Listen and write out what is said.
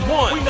one